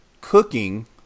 cooking